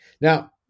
now